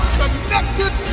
connected